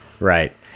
Right